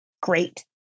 great